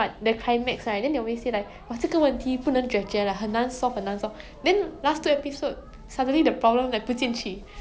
uh actually 我 prefer like english show eh like